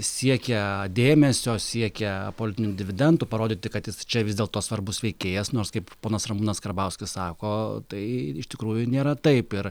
siekia dėmesio siekia politinių dividendų parodyti kad jis čia vis dėlto svarbus veikėjas nors kaip ponas ramūnas karbauskis sako tai iš tikrųjų nėra taip ir